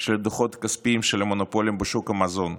של דוחות כספיים של המונופולים בשוק המזון,